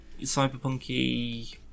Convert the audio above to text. cyberpunky